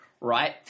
right